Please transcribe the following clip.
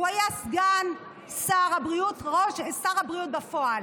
הוא היה סגן שר הבריאות, שר הבריאות בפועל.